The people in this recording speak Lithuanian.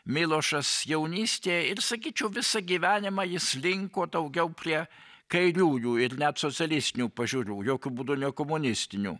milošas jaunystėje ir sakyčiau visą gyvenimą jis linko daugiau prie kairiųjų ir net socialistinių pažiūrų jokiu būdu ne komunistinių